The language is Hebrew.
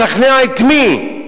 לשכנע את מי?